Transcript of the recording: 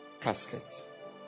Casket